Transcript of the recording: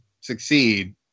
succeed